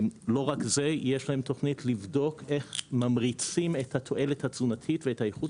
לא רק זה יש להם תוכנית לבדוק איך ממריצים את התועלת התזונתית ואת האיכות